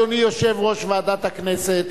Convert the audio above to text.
אדוני יושב-ראש ועדת הכנסת,